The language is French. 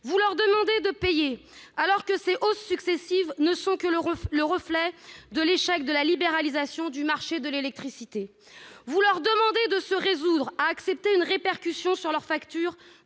Vous leur demandez de payer, alors que ces hausses successives ne sont que le reflet de l'échec de la libéralisation du marché de l'électricité. Vous leur demandez de se résoudre à accepter une répercussion sur leurs factures